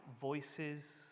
voices